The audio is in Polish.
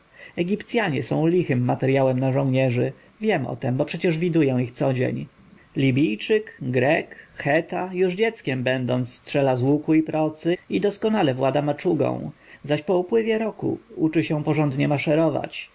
egipcjanie są lichym materjałem na żołnierzy wiem o tem bo przecież widuję ich codzień libijczyk grek cheta już dzieckiem będąc strzela z łuku i procy i doskonale włada maczugą zaś po upływie roku uczy się porządnie maszerować